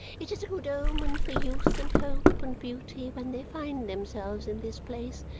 it is a good omen for youth, and hope, and beauty when they find themselves in this place,